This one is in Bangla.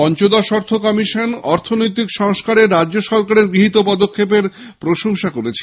পঞ্চদশ অর্থ কমিশন অর্থনৈতিক সংস্কারে রাজ্য সরকারের গৃহীত পদক্ষেপের প্রশংসা করেছে